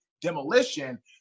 demolition